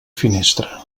finestra